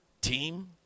team